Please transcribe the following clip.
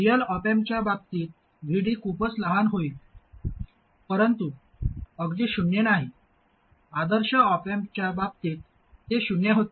real op अँपच्या बाबतीत Vd खूपच लहान होईल परंतु अगदी शून्य नाही आदर्श ऑप अँपच्या बाबतीत ते शून्य होते